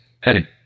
Heading